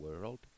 world